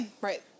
Right